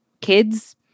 kids